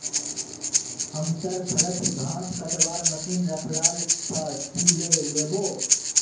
हमसर घरत घास कटवार मशीन रखाल छ, ती ले लिबो